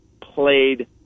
played